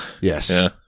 Yes